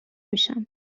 میشم